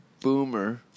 Boomer